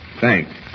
Thanks